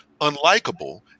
unlikable